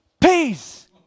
peace